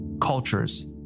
cultures